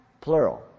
plural